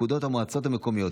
הגדרת איום),